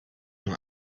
nur